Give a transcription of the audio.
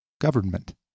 government